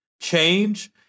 change